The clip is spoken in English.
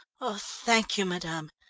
oh, thank you, madame!